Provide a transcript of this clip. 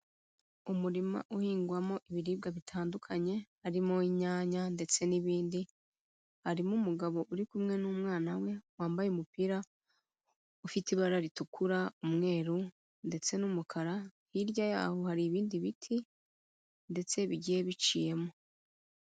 Umurima uhingwamo ibiribwa bitandukanye, harimo inyanya ndetse n'ibindi, harimo umugabo uri kumwe n'umwana we, wambaye umupira ufite ibara ritukura, umweru, ndetse n'umukara, hirya yaho hari ibindi biti ndetse bigiye biciyemo.